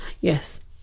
Yes